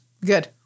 Good